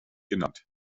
genannt